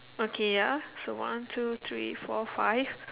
okay ya so one two three four five